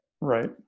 Right